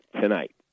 tonight